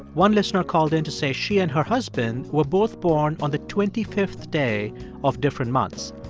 one listener called in to say she and her husband were both born on the twenty fifth day of different months.